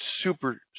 super